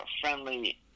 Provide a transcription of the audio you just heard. friendly